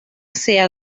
sea